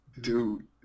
Dude